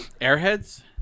Airheads